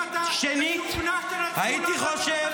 אם אתה משוכנע שתנצחו,